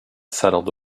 settled